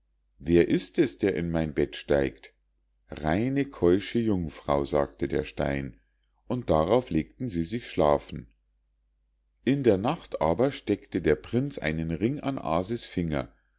wer ist es der in mein bett steigt reine und keusche jungfrau sagte der stein und darauf legten sie sich schlafen in der nacht aber steckte der prinz einen ring an aase's finger